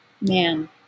man